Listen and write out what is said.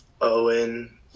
Owen